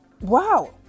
wow